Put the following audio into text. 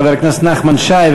חבר הכנסת נחמן שי,